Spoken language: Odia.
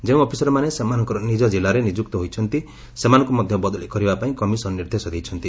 ଯେଉଁ ଅଫିସରମାନେ ସେମାନଙ୍କର ନିଜ ଜିଲ୍ଲାରେ ନିଯୁକ୍ତ ହୋଇଛନ୍ତି ସେମାନଙ୍କୁ ମଧ୍ୟ ବଦଳି କରିବା ପାଇଁ କମିଶନ ନିର୍ଦ୍ଦେଶ ଦେଇଛନ୍ତି